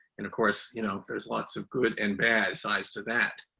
and of course, you know, there's lots of good and bad sides to that.